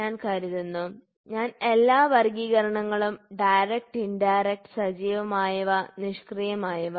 ഞാൻ കരുതുന്നു ഞാൻ എല്ലാ വർഗ്ഗീകരണങ്ങളും ഡയറക്ട് ഇൻഡയറക്ട് സജീവമായവ നിഷ്ക്രിയമായവ